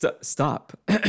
stop